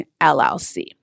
LLC